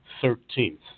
Thirteenth